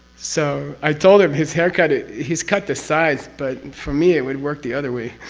so i told him his hair cut, it he's cut the sides, but for me it would work the other way.